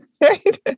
Right